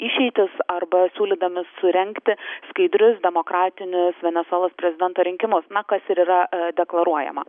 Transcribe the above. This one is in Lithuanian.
išeitis arba siūlydami surengti skaidrius demokratinius venesuelos prezidento rinkimus na kas yra deklaruojama